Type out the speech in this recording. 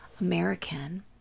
American